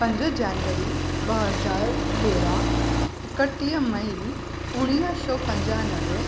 पंज जनवरी ॿ हज़ार तेरहं एकटीह मई उणिवीह सौ पंजानवे